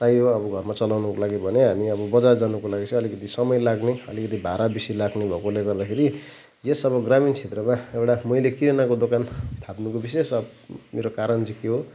चाहियो अब घरमा चलाउनुको लागि भने हामी अब बजार जानुको लागि चाहिँ अलिकति समय लाग्ने अलिकति भाडा बेसी लाग्ने भएकोले गर्दाखेरि यस अब ग्रामीण क्षेत्रमा एउटा मैले किरानाको दोकान थाप्नुको विशेष मेरो कारण चाहिँ के हो